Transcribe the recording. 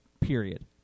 Period